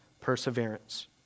perseverance